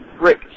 Rick